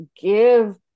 give